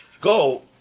Go